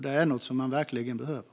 Det är något som man verkligen behöver.